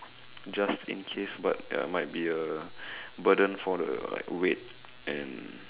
just in case but uh might be a burden for the like weight and